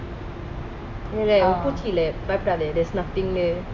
போச்சி இல்ல பயப்படாத:pochi illa bayapadatha but there's nothing there